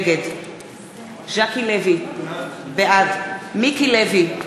נגד ז'קי לוי, בעד מיקי לוי,